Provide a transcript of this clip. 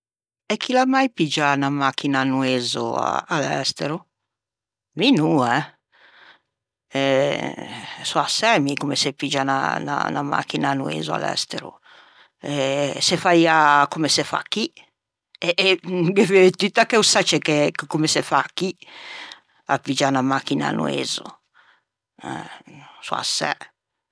E chi l'à mai piggiâ 'na machina a noezzo à l'estero? Mi no eh? Sò assæ mi comme se piggia unna macchia à noezzo à l'estero eh se faiâ comme se fa chì eh eh ghe veu tutta che o sacce comme se fa chì a piggiâ 'na machina a noezzo. Sò assæ.